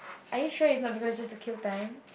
are you sure it's not because of just to kill time